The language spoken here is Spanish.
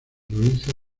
provincia